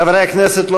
חברי הכנסת,